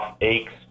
aches